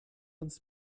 uns